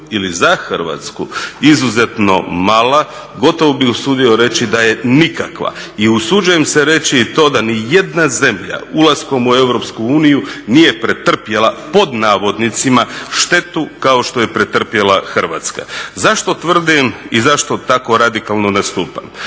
ili za Hrvatsku izuzetno mala, gotovo bih se usudio reći da je nikakva. I usuđujem se reći i to da ni jedna zemlja ulaskom u EU nije pretrpjela pod navodnicima štetu kao što je pretrpjela Hrvatska. Zašto tvrdim i zašto tako radikalno nastupam?